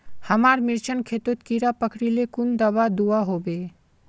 हमार मिर्चन खेतोत कीड़ा पकरिले कुन दाबा दुआहोबे?